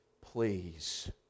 please